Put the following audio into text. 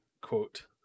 quote